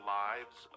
lives